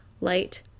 light